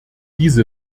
diese